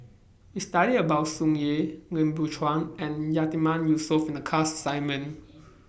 We studied about Tsung Yeh Lim Biow Chuan and Yatiman Yusof in The class assignment